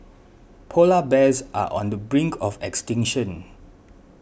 Polar Bears are on the brink of extinction